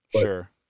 Sure